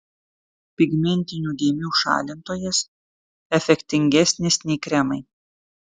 pigmentinių dėmių šalintojas efektingesnis nei kremai